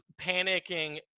panicking